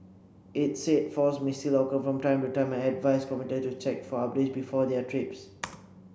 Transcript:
its said faults may still occur from time to time and advised commuters to check for updates before their trips